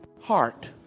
heart